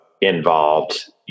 involved